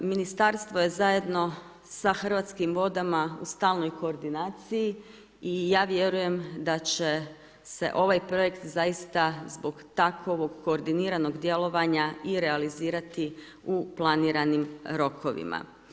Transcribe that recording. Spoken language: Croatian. Ministarstvo je zajedno sa Hrvatskim vodama u stalnoj koordinaciji i ja vjerujem da će se ovaj projekt zbog takovog koordiniranog djelovanja i realizirati u planiranim rokovima.